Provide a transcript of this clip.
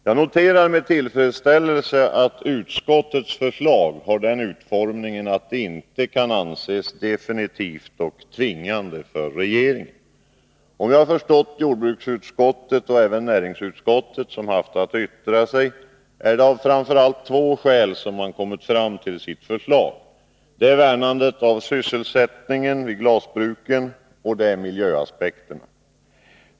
Jag noterar med tillfredsställelse att utskottets förslag har den utformningen att det inte kan anses definitivt och tvingande för regeringen. Om jag rätt har förstått jordbruksutskottet och även näringsutskottet, som haft att yttra sig, är det av framför allt två skäl som man har kommit fram till sitt förslag: det är värnandet av sysselsättningen vid glasbruken, och det är miljöaspekterna.